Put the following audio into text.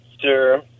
sir